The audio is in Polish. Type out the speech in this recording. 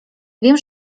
wiem